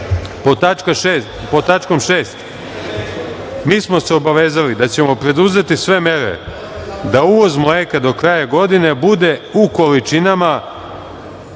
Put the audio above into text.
6. Mi smo se obavezali da ćemo preduzeti sve mere da uvoz mleka do kraja godine bude u količinama